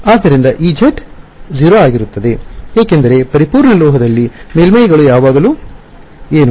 ಆದ್ದರಿಂದ Ez 0 ಆಗಿರುತ್ತದೆ ಏಕೆಂದರೆ ಪರಿಪೂರ್ಣ ಲೋಹದಲ್ಲಿ ಮೇಲ್ಮೈಗಳು ಯಾವಾಗಲೂ ಏನು